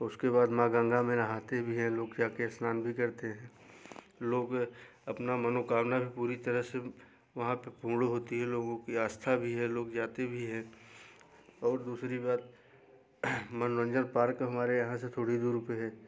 उसके बाद माँ गंगा में नहाते भी हैं लोग जाके स्नान भी करते लोग अपना मनोकामना पूरी तरह से वहाँ पर पूर्ण होती है लोगों की आस्था भी है लोग जाते भी हैं और दूसरी बात मनोरंजन पार्क हमारे यहाँ से थोड़ी दूर पे है